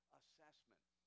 assessment